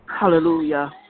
Hallelujah